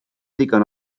ddigon